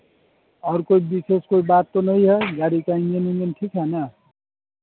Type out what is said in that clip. और कोई विशेष कोई बात तो नहीं है गाड़ी का इंजन विंजन ठीक है ना